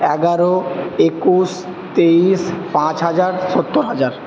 এগারো একুশ তেইশ পাঁচ হাজার সত্তর হাজার